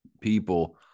people